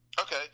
Okay